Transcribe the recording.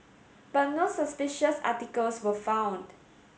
but no suspicious articles were found